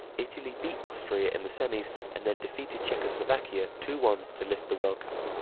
italy beat austria in the semis and then defeated czechoslovakia two one to lift the world cup.